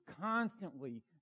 constantly